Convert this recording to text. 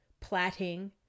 plaiting